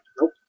Nope